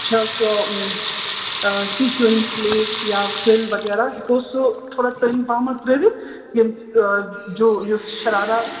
چھےٚ سۄ sequence lace یا فِرٛل وغیرہ أسۍ ہٮ۪کو سُہ تھوڑا تٔنۍ پہمَتھ ترٛٲوِتھ ییٚمہ جو یُس شرارہ